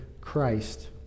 Christ